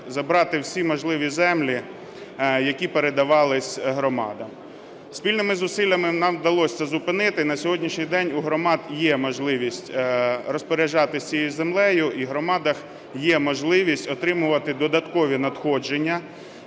забрати всі можливі землі, які передавались громадам. Спільними зусиллями нам вдалося це зупинити. На сьогоднішній день у громад є можливість розпоряджатися цією землею, і в громадах є можливість отримувати додаткові надходження